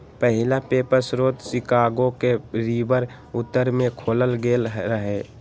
पहिला पेपर स्रोत शिकागो के रिवर उत्तर में खोलल गेल रहै